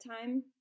time